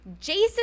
Jason